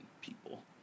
people